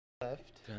left